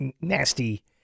nasty